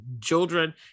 children